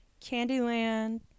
Candyland